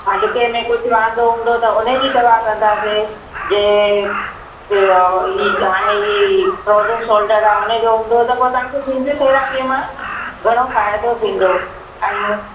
हॾिके में कुझु वांदो हूंदो त उनजी दवा कंदासीं जे इप इ ताईं फ्रोजन शोल्डर आहे उनजो हूंदो त तव्हांखे फिजियोथेरेपीअ मां घणो फ़ाइदो थींदो ऐं